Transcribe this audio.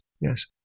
Yes